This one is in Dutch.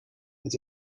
het